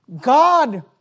God